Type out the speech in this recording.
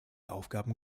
aufgaben